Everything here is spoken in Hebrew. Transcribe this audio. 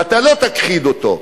ואתה לא תכחיד אותו,